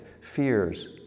fears